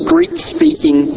Greek-speaking